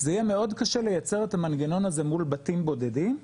זה יהיה מאוד קשה ליצר את המנגנון הזה מול בתים בודדים,